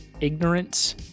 ignorance